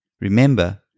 Remember